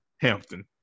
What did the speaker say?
Hampton